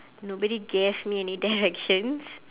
nobody gave me any directions